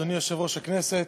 אדוני יושב-ראש הכנסת,